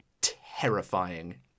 terrifying